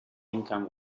income